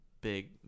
big